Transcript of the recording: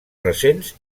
recents